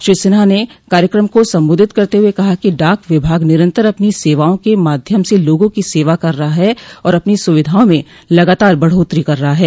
श्री सिन्हा ने कार्यक्रम को संबोधित करते हुए कहा कि डाक विभाग निरन्तर अपनी सेवाओं के माध्यम से लोगों की सेवा कर रहा है और अपनी सुविधाओं में लगातार बढ़ोत्तरी कर रहा है